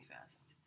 fast